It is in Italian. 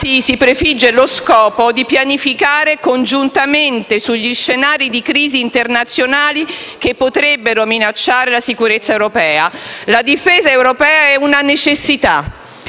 si prefigge lo scopo di pianificare congiuntamente gli scenari di crisi internazionale che potrebbero minacciare la sicurezza europea. La difesa europea è una necessità